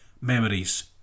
Memories